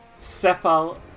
Cephal